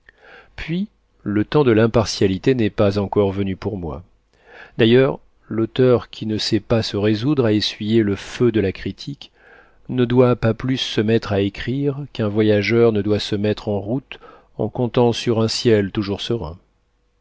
puis le temps de l'impartialité n'est pas encore venu pour moi d'ailleurs l'auteur qui ne sait pas se résoudre à essuyer le feu de la critique ne doit pas plus se mettre à écrire qu'un voyageur ne doit se mettre en route en comptant sur un ciel toujours serein